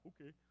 okay